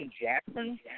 Jackson